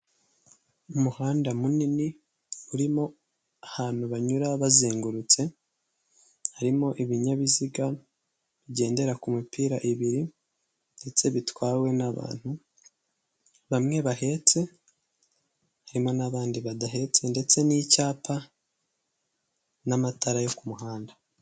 Umuhanda munini urimo ahantu banyura bazengurutse, harimo ibinyabiziga bigendera ku mipira ibiri ndetse bitwawe n'abantu bamwe bahetse, harimo n'abandi badahetse ndetse n'icyapa n'amatara yo ku muhanda.